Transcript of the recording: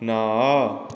ନଅ